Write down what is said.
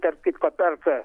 tarp kitko perka